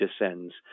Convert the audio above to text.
descends